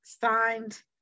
signed